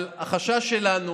אבל החשש שלנו